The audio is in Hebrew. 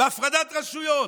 בהפרדת רשויות.